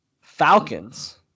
Falcons